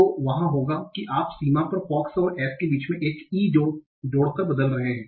तो वहाँ होगा की आप सीमा पर फॉक्स और s के बीच मे एक e जोड़ कर बदल रहे हैं